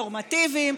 נורמטיביים,